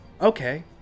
okay